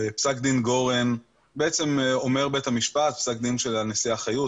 בפסק דין גורן אומר בית המשפט פסק דין של הנשיאה חיות,